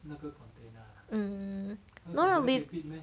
mm no no with